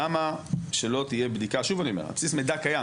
למה שלא תהיה בדיקה על בסיס מידע קיים?